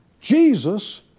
Jesus